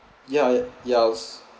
ya yours